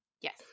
Yes